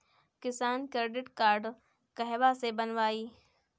किसान credit card कहवा से बनवाई?